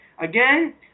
Again